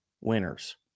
winners